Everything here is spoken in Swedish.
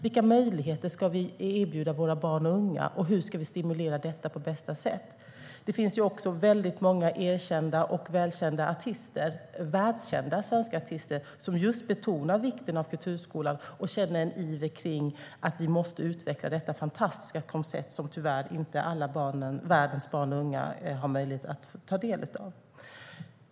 Vilka möjligheter ska vi erbjuda våra barn och unga, och hur ska vi stimulera detta på bästa sätt? Det finns också väldigt många erkända och välkända - världskända - svenska artister som betonar vikten av kulturskolan och känner iver för att vi måste utveckla detta fantastiska koncept, som tyvärr inte alla världens barn och unga har möjlighet att ta del av.